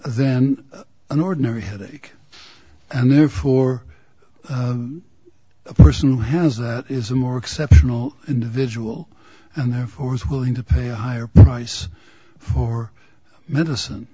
then an ordinary headache and therefore the person who has that is a more exceptional individual and therefore is willing to pay a higher price for medicine